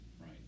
Right